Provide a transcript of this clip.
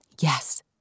Yes